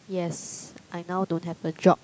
yes I now don't have a job